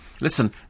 Listen